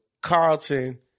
carlton